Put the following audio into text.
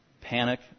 panic